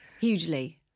Hugely